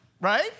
Right